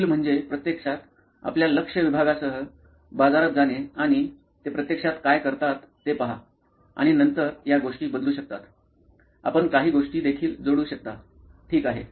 पुढील म्हणजे प्रत्यक्षात आपल्या लक्ष्य विभागासह बाजारात जाणे आणि ते प्रत्यक्षात काय करतात ते पहा आणि नंतर या गोष्टी बदलू शकतात आपण काही गोष्टी देखील जोडू शकता ठीक आहे